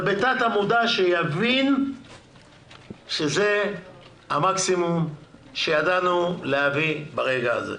אבל בתת-המודע שיבין שזה המקסימום שידענו להביא ברגע הזה.